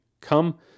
come